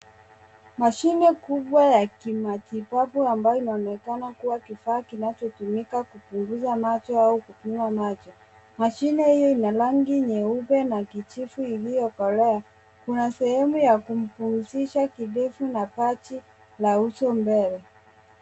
Mashine kubwa ya kimatibabu ambayo inaonekana kuwa kifaa kinachotumika kupunguza macho au kupima macho. Mashine hiyo ina rangi nyeupe na kijivu iliyokolea. Kuna sehemu ya kumpumzisha kidevu na paji la uso mbele.